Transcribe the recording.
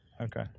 Okay